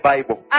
Bible